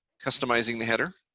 customizing the header,